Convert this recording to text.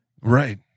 Right